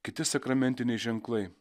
kiti sakramentiniai ženklai